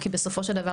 כי בסופו של דבר